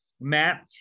Matt